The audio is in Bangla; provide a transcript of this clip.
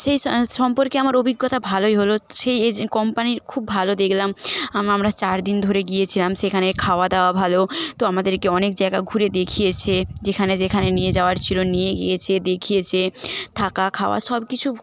সেই স সম্পর্কে আমার অভিজ্ঞতা ভালোই হল সেই এজেন্ট কোম্পানি খুব ভালো দেখলাম আম আমরা চারদিন ধরে গিয়েছিলাম সেখানে খাওয়া দাওয়া ভালো তো আমাদেরকে অনেক জায়গা ঘুরে দেখিয়েছে যেখানে যেখানে নিয়ে যাওয়ার ছিল নিয়ে গিয়েছে দেখিয়েছে থাকা খাওয়া সবকিছু খুব